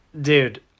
Dude